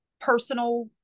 personal